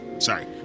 Sorry